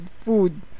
food